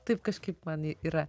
taip kažkaip man yra